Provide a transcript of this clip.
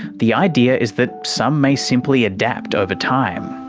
the idea is that some may simply adapt over time.